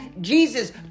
Jesus